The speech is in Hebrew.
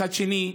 מצד שני,